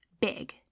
big